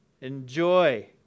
Enjoy